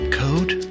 code